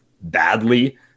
badly